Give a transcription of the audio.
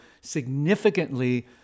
significantly